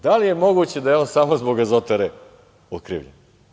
Da li je moguće da je on samo zbog Azotare okrivljen?